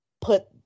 put